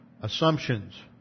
assumptions